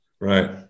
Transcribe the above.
right